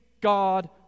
God